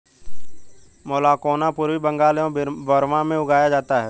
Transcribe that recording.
मैलाकोना पूर्वी बंगाल एवं बर्मा में उगाया जाता है